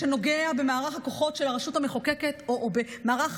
שנוגע במערך הכוחות של הרשות המחוקקת או במערך